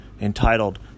entitled